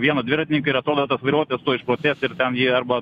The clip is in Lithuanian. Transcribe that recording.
vieną dviratininką ir atrodo tas vairuotojas išprotės ir ten jį arba